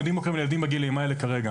יודעים מה קורה לילדים בגילאים האלה כרגע.